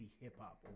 Hip-Hop